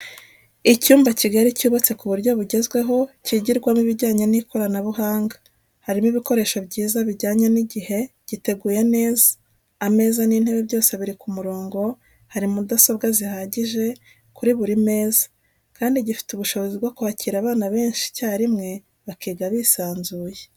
Icyumba kigari cyubatse ku buryo bugezweho kigirwamo ibijyanye n'ikoranabuhanga harimo ibikoresho byiza bijyanye n'igihe, giteguye neza ameza n'intebe byose biri ku murongo ,hari mudasobwa zihagije kuri buri meza kandi gifite ubushobozi bwo kwakira abana benshi icyarimwe bakiga bisanzuye.